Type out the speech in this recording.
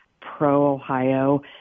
pro-Ohio